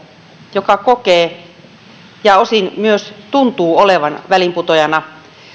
joka kokee olevansa ja osin myös tuntuu olevan väliinputoajana